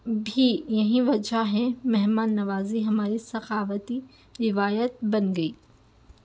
بھی یہی وجہ ہے مہمان نوازی ہماری ثقافتی روایت بن گئی